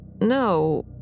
No